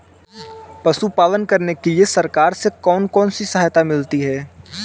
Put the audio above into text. पशु पालन करने के लिए सरकार से कौन कौन सी सहायता मिलती है